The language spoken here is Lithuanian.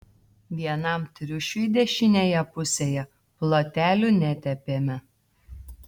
vienam triušiui dešinėje pusėje plotelių netepėme